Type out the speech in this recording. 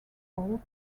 old